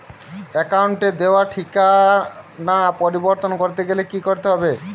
অ্যাকাউন্টে দেওয়া ঠিকানা পরিবর্তন করতে গেলে কি করতে হবে?